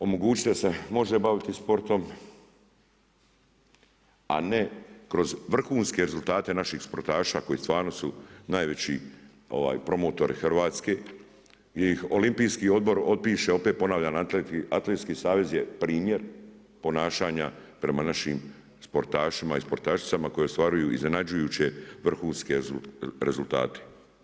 Omogućiti da se može baviti sportom, a ne kroz vrhunske rezultate naših sportaša koji stvarno su najveći promotori Hrvatske, gdje ih Olimpijski odbor otpiše, opet ponavljam Atletski savez je primjer ponašanja prema našim sportašima i sportašicama koje ostvaruju iznenađujuće vrhunske rezultate.